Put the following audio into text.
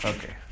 Okay